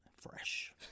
fresh